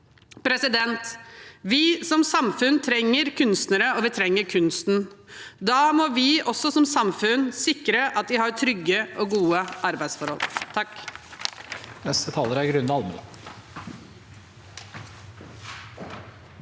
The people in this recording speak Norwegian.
Vi som samfunn trenger kunstnere, og vi trenger kunsten. Da må vi også som samfunn sikre at de har trygge og gode arbeidsforhold.